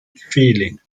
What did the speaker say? feeling